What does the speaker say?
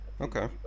Okay